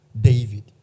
David